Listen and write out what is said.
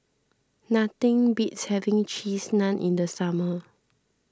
nothing beats having Cheese Naan in the summer